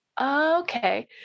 Okay